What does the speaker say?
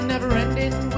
Never-ending